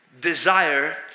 desire